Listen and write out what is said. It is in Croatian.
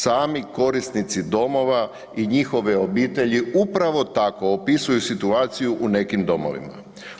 Sami korisnici domova i njihove obitelji upravo tako opisuju situaciju u nekim domovima.